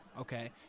Okay